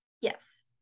yes